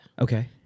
okay